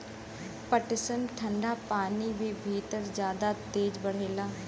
पटसन ठंडा पानी के भितर जादा तेज बढ़ेला